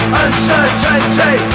uncertainty